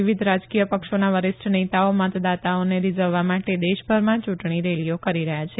વિવિધ રાજકીય પક્ષોના વરિષ્ઠ નેતાઓ મતદાતાઓને રીઝવવા માટે દેશભરમાં ચુંટણી રેલીઓ કરી રહયાં છે